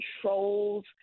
controls